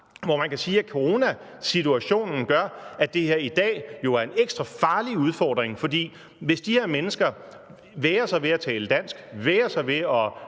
hvor man kan sige, at coronasituationen gør, at det her i dag jo er en ekstra farlig udfordring. For hvis de her mennesker vægrer sig ved at tale dansk, vægrer sig ved at